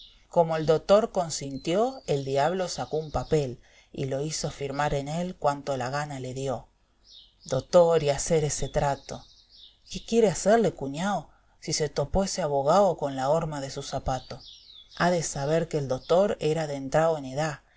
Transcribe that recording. como el dotor consintió el diablo sacó un papel y lo hizo firmar en él cuanto la gana le dio dotor y hacer ese trato qué quiere hacerle cuñao si se topó ese abogao con la horma de su zapato ha de saber que el dotor era dentrao en edá